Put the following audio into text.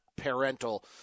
parental